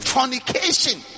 Fornication